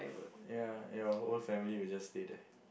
ya your whole family will just stay there